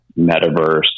metaverse